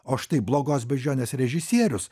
o štai blogos beždžionės režisierius